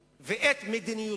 במהרה.